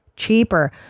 cheaper